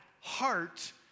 heart